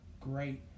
great